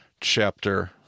chapter